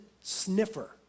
sniffer